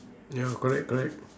ya correct correct